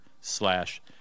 slash